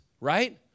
right